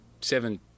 seven